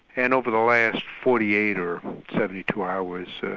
and over the last forty eight or seventy two hours,